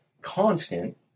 constant